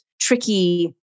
tricky